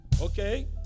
Okay